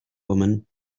woman